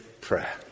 prayer